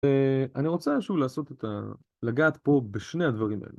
ואני רוצה איזשהו לגעת פה בשני הדברים האלה